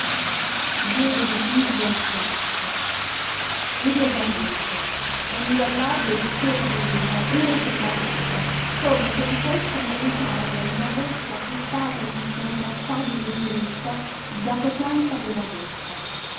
diede di piglio al fiasco furiosamente e ingollò due bicchieri di vino uno sopra l'altro come se li fosse meritati e ne avesse acquistato un incontrastabile diritto dopo quanto aveva detto